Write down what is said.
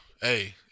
Hey